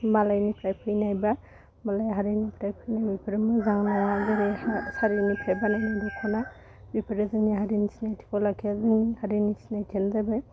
मालाइनिफ्राय फैनाय बा मालाइ हारिनिफ्राय फैनायफ्रा मोजां नङा जेरैहाय सारिनिफ्राय बानायनाइ दख'ना बेफोरो जोंनि हारिनि सिनाइथिखौ लाखिया जोंनि हारिनि सिनाइथियानो जाबाय